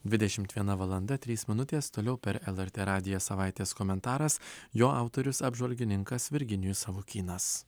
dvidešimt viena valanda trys minutės toliau per lrt radiją savaitės komentaras jo autorius apžvalgininkas virginijus savukynas